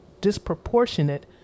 disproportionate